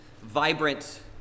vibrant